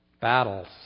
battles